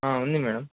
ఉంది మ్యాడమ్